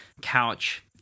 couch